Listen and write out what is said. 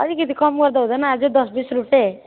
आलिकति कम गर्दा हुँदैन अझै दस बिस रुपियाँ